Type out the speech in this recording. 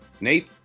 Nate